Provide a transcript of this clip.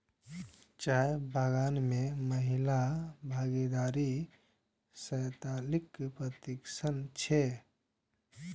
चाय बगान मे महिलाक भागीदारी सैंतालिस प्रतिशत छै